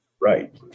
right